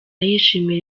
yishimira